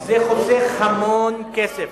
זה חוסך המון כסף.